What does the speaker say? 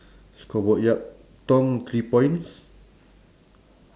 score board yup tom three points